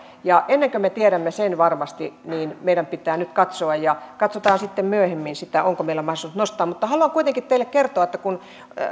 ennen kuin me tiedämme sen varmasti niin meidän pitää nyt katsoa ja katsotaan sitten myöhemmin onko meillä mahdollisuudet nostaa mutta haluan kuitenkin teille kertoa että kuten